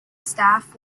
staff